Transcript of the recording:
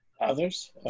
Others